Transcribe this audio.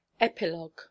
Epilogue